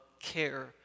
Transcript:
care